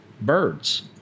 birds